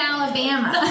Alabama